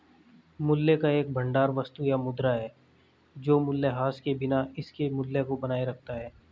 मूल्य का एक भंडार वस्तु या मुद्रा है जो मूल्यह्रास के बिना इसके मूल्य को बनाए रखता है